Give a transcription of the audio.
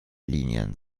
linien